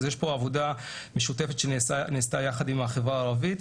אז יש פה עבודה משותפת שנעשתה יחד עם החברה הערבית.